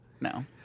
No